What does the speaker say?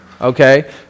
okay